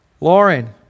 Lauren